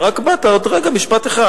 רק באת, עוד רגע, משפט אחד.